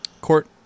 Court